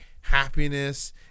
happiness